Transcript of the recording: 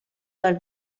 dal